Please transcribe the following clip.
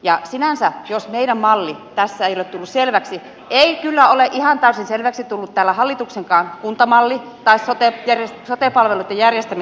ja sinänsä jos meidän malli tässä ei ole tullut selväksi ei kyllä ole ihan täysin selväksi tullut täällä hallituksenkaan kuntamalli tai sote palveluitten järjestämismalli